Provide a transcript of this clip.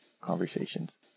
conversations